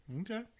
Okay